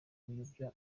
biyobya